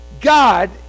God